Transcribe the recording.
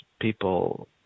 people